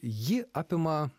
ji apima